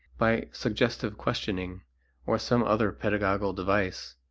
by suggestive questioning or some other pedagogical device,